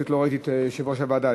פשוט לא ראיתי את יושב-ראש הוועדה,